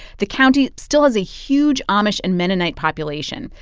the county still has a huge amish and mennonite population,